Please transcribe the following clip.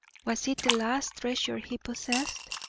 was it the last treasure he possessed?